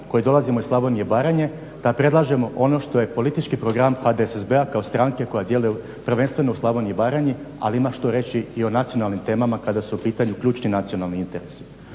koji dolazimo iz Slavonije i Baranje da predlažemo ono što je politički program HDSSB-a kao stranke koja djeluje prvenstveno u Slavoniji i Baranji ali ima što reći i o nacionalnim temama kada su u pitanju ključni nacionalni interesi.